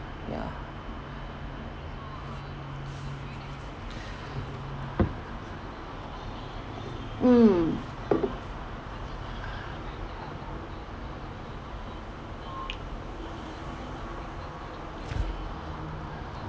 ya mm